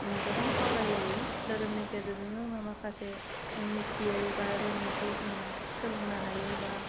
गोबां सावरायलायो दोरोमनि गेजेरजोंनो जों माखासे मिथियै बा रोङैखौ जोङो सोलोंनो हायो बा